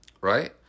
right